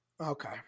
Okay